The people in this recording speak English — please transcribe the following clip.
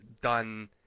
done